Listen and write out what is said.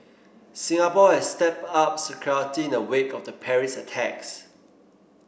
Singapore has stepped up security in the wake of the Paris attacks